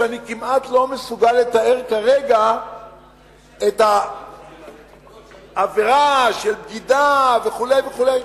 ואני כמעט לא מסוגל לתאר כרגע את העבירה של בגידה וכו' וכו'.